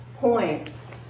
points